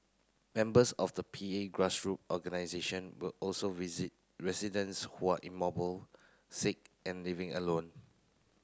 members of the P A grassroot organisation will also visit residents who are immobile sick and living alone